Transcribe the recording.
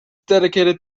dedicated